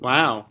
Wow